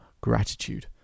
gratitude